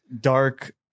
dark